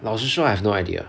老实说 I have no idea